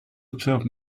observe